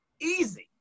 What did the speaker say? easy